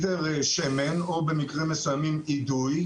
שמן, או אידוי,